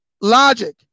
logic